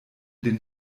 den